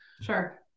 Sure